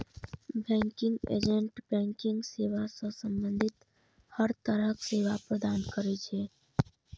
banking agent banking सेवा सं संबंधित हर तरहक सेवा प्रदान करै छै